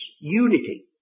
unity